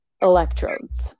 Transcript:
electrodes